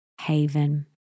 haven